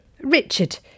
Richard